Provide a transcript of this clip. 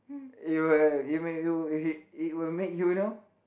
it will it make you it it will make you know